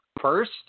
first